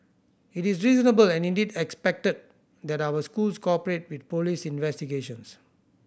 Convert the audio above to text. it is reasonable and indeed expected that our schools cooperate with police investigations